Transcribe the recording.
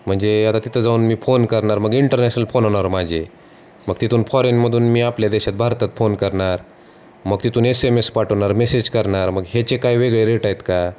म्हणजे आता तिथं जाऊन मी फोन करणार मग इंटरनॅशनल फोन होणार माझे मग तिथून फॉरेनमधून मी आपल्या देशात भारतात फोन करणार मग तिथून एस एम एस पाठवणार मेसेज करणार मग ह्याचे काय वेगळे रेट आहेत का